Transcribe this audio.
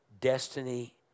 destiny